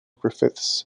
griffiths